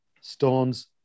Stones